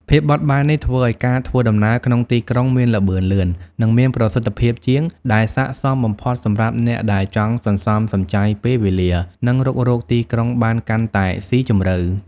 ភាពបត់បែននេះធ្វើឱ្យការធ្វើដំណើរក្នុងទីក្រុងមាន ល្បឿនលឿន និងមានប្រសិទ្ធភាពជាង ដែលស័ក្តិសមបំផុតសម្រាប់អ្នកដែលចង់សន្សំសំចៃពេលវេលា និងរុករកទីក្រុងបានកាន់តែស៊ីជម្រៅ។